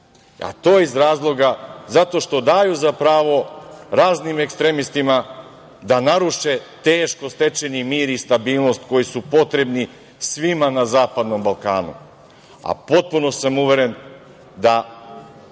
a to iz razloga zato što daju za pravo raznim ekstremistima da naruše teško stečeni mir i stabilnost koji su potrebni svima na zapadnom Balkanu. Potpuno sam uveren da